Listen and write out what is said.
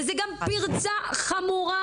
וזה גם פרצה חמורה